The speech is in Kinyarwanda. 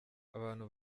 abantu